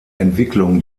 entwicklung